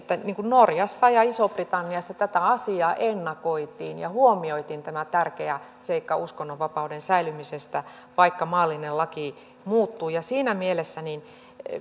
norjassa ja isossa britanniassa tätä asiaa ennakoitiin ja huomioitiin tämä tärkeä seikka uskonnonvapauden säilymisestä vaikka maallinen laki muuttui siinä mielessä